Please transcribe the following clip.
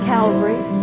Calvary